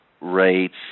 rates